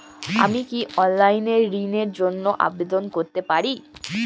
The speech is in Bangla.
আমি কি অনলাইন এ ঋণ র জন্য আবেদন করতে পারি?